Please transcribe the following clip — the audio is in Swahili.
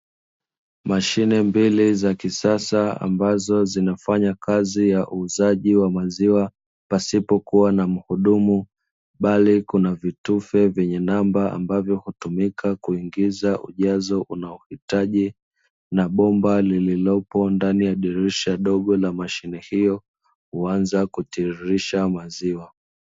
Mashine mbili za kisasa ambazo zinafanya kazi ya uuzaji wa maziwa pasipokuwa na mhudumu, bali kuna vitufe vyenye namba ambavyo hutumika kuingiza ujazo unaohitaji, na bomba lililopo ndani ya dirisha dogo la mashine hiyo huanza kutirisha maziwa.